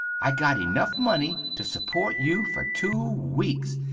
i got enuf money to suport you fer too weaks,